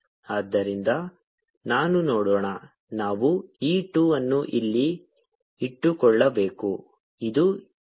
ಆದ್ದರಿಂದ ನೋಡೋಣ ನಾವು ಈ 2 ಅನ್ನು ಇಲ್ಲಿ ಇಟ್ಟುಕೊಳ್ಳಬೇಕು